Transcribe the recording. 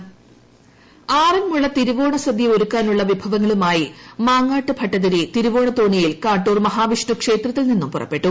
തിരുവോണ സദ്യ ആറന്മുള തിരുവോണ സദ്യ ഒരുക്കാനുള്ള വിഭവങ്ങളുമായി മാങ്ങാട്ട് ഭട്ടതിരി തിരുവോണത്തോണിയിൽ കാട്ടൂർ മഹാവിഷ്ണു ക്ഷേത്രത്തിൽ നിന്നും പുറപ്പെട്ടു